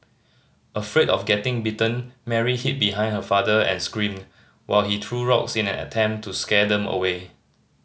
afraid of getting bitten Mary hid behind her father and screamed while he threw rocks in an attempt to scare them away